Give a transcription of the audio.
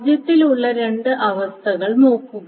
മധ്യത്തിലുള്ള രണ്ട് അവസ്ഥകൾ നോക്കുക